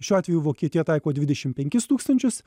šiuo atveju vokietija taiko dvidešim penkis tūkstančius